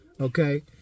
Okay